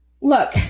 Look